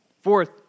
Fourth